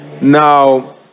Now